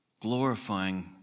glorifying